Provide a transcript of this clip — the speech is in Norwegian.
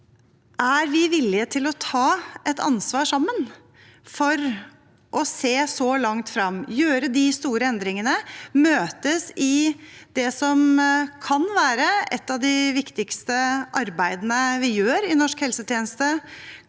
vi er villige til å ta et ansvar sammen for å se så langt fram, gjøre de store endringene, møtes i det som kan være et av de viktigste arbeidene vi gjør i norsk helsetjeneste